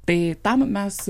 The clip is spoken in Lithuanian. tai tam mes